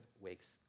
wakes